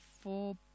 four